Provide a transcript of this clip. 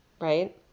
right